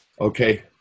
Okay